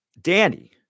danny